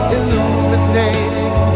Illuminating